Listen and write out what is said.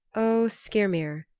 o skyrmir,